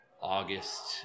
August